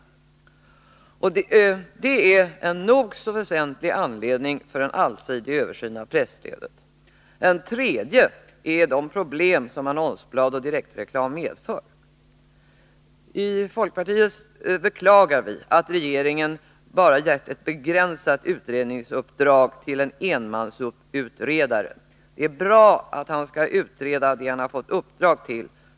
24 mars 1983 Detta är en nog så väsentlig anledning för en allsidig översyn av presstödet. En ytterligare anledning är de problem som annonsblad och direktreklam medför. I folkpartiet beklagar vi att regeringen givit bara ett begränsat utredningsuppdrag till en enmansutredare. Det är bra att denne skall utreda det som han fått i uppdrag att studera.